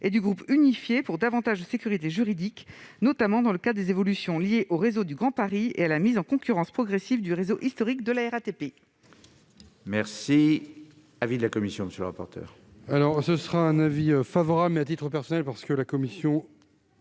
et du groupe unifié pour davantage de sécurité juridique, notamment dans le cadre des évolutions liées au réseau du Grand Paris et à la mise en concurrence progressive du réseau historique de la RATP. Quel est l'avis de la commission ? À la